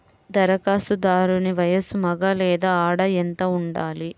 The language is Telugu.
ధరఖాస్తుదారుని వయస్సు మగ లేదా ఆడ ఎంత ఉండాలి?